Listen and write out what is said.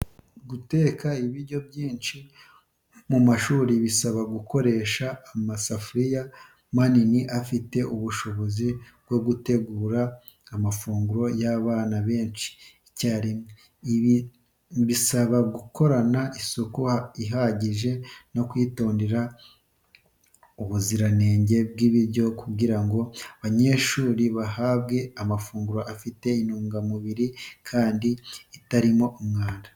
Guteka ibiryo byinshi mu mashuri bisaba gukoresha amasafuriya manini afite ubushobozi bwo gutegura amafunguro y’abana benshi icyarimwe. Ibi bisaba gukorana isuku ihagije no kwitondera ubuziranenge bw’ibiryo kugira ngo abanyeshuri bahabwe amafunguro afite intungamubiri kandi atarimo umwanda.